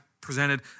presented